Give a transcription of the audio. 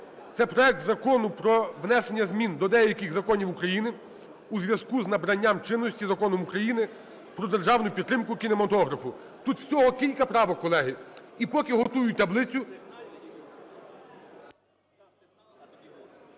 це проект Закону про внесення змін до деяких законів України у зв'язку з набранням чинності Законом України про державну підтримку кінематографу. Тут всього кілька правок, колеги. І поки готують таблицю…